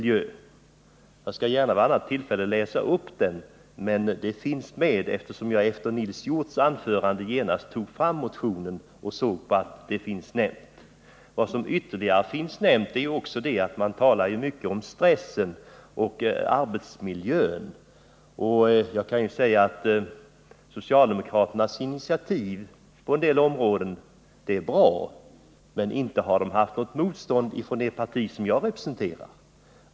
Jag skall gärna vid annat tillfälle läsa upp motionen — jag vet att miljön finns med, eftersom jag genast efter Nils Hjorths anförande tog fram motionen och såg det. Dessutom talas det mycket om stressen och om arbetsmiljön. Socialdemokraternas initiativ på en del områden är bra, men inte har de mött något motstånd från det parti jag representerar.